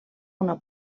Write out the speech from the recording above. una